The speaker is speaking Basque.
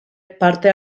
parte